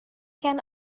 can